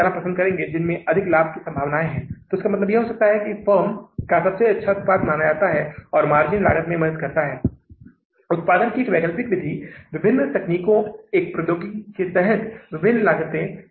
इसलिए उपयोग की गई 63000 में से कुल राशि 62530 है इसलिए इसका मतलब है 62530 कुल नकद वृद्धि हुई है या कमी यह अब कमी है हम इसे वापस कर रहे हैं यह 62530 डॉलर 62530 डॉलर के रूप में निकलती है हमने 61000 मूल और 1530 ब्याज के साथ बैंक को वापस कर दिया है